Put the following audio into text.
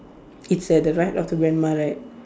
it's at the right of the grandma right